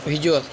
visual